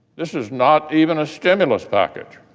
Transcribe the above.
this is not even a stimulus package.